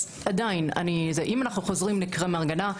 אם אנו חוזרים לקרם הגנה,